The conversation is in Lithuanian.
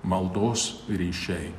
maldos ryšiai